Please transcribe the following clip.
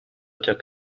took